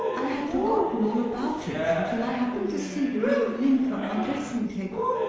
i had forgotten all about it until i happened to see the roll of lint on my dressing-table.